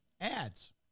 ads